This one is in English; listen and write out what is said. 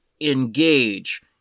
engage